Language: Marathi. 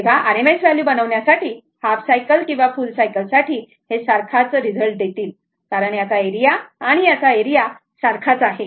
तर RMS व्हॅल्यू बनवण्यासाठी हाफ सायकल किंवा फुल सायकल साठी हे सारखाच रिझल्ट देतील कारण याचा एरिया आणि याचा एरिया सारखाच आहे